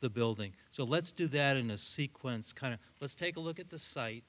the building so let's do that in a sequence kind of let's take a look at the site